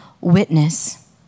witness